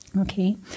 okay